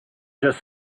just